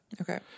Okay